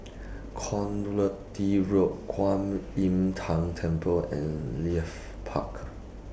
Road Kwan Im Tng Temple and Leith Park